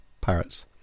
parrots